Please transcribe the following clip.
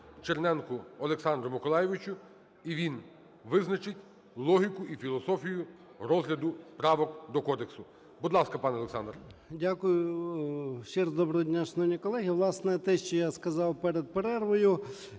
Черненку Олександру Миколайовичу, і він визначить логіку і філософію розгляду правок до кодексу. Будь ласка, пан Олександр. 16:04:59 ЧЕРНЕНКО О.М. Дякую. Ще раз доброго дня, шановні колеги. Власне, те, що я сказав перед перервою,